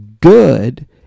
good